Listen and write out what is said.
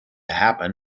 happen